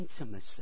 intimacy